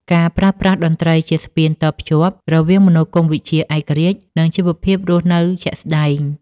ការប្រើប្រាស់តន្ត្រីជាស្ពានតភ្ជាប់រវាងមនោគមវិជ្ជាឯករាជ្យ និងជីវភាពរស់នៅជាក់ស្តែង